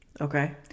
okay